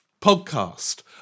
podcast